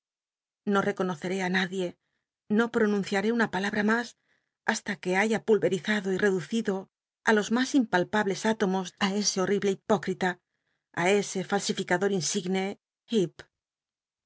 no rcconoccé tí nadie no pronunciaré una palabra ma hasta que haya pulverizado y reducido í los mas impalpables ítomos á ese horl'ible hi ócj'ita i ese falsincador insigne